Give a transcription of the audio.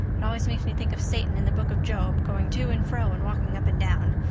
it always makes me think of satan in the book of job, going to and fro and walking up and down.